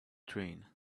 train